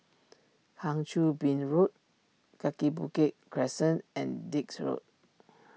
Kang Choo Bin Road Kaki Bukit Crescent and Dix Road